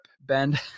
bend